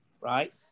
right